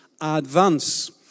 Advance